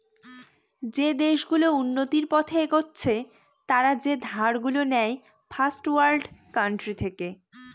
যে দেশ গুলো উন্নতির পথে এগচ্ছে তারা যেই ধার গুলো নেয় ফার্স্ট ওয়ার্ল্ড কান্ট্রি থেকে